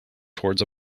towards